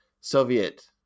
Soviet